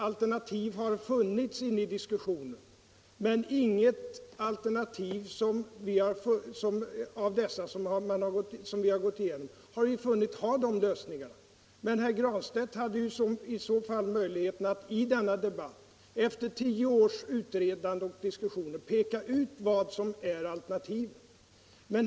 Alternativ har förekommit i diskussionen, men inget av de alternativ som vi har gått igenom har vi funnit innebära de erforderliga lösningarna. Men herr Granstedt hade möjlighet att i denna debatt, efter tio års utredande och diskussioner, peka på vad som är alternativet.